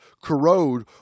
corrode